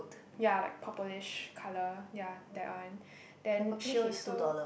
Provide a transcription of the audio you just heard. ya like purplish colour ya that one then she also